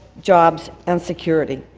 jobs and security.